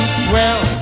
swell